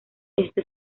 este